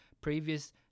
previous